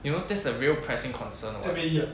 you know that's a real pressing concern [what]